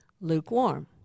lukewarm